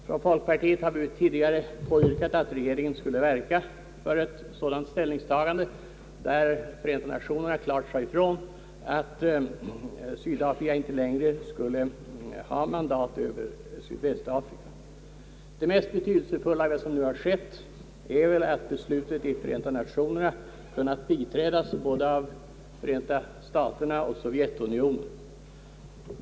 Från folkpartiets sida har vi tidigare påyrkat att regeringen skulle verka för ett sådant ställningstagande som innebar att Förenta Nationerna klart sade ifrån att Sydafrika inte längre skulle förvalta mandatet. Det mest betydelsefulla som nu skett är väl att beslutet i Förenta Nationerna kunnat biträdas av både Förenta staterna och Sovjetunionen.